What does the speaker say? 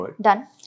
Done